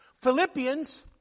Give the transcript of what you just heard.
Philippians